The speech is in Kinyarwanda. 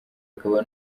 akaba